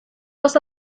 dos